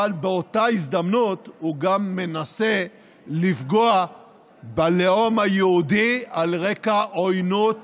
אבל באותה הזדמנות הוא גם מנסה לפגוע בלאום היהודי על רקע עוינות